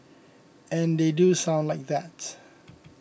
and they do sound like that